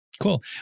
Cool